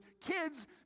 kids